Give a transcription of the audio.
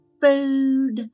food